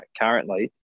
currently